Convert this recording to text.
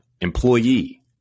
Employee